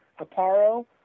Aparo